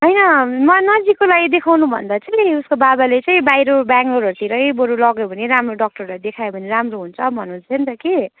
होइन म नजिककोलाई देखाउनुभन्दा चाहिँ उसको बाबाले चाहिँ बाहिर बेङ्गलोरहरूतिरै बरु लग्यो भने राम्रो डक्टरलाई देखायो भने राम्रो हुन्छ भन्नुहुँदैथ्यो नि त कि